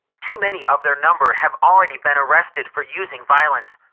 too many of their number have already been arrested for using violence.